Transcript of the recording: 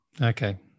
Okay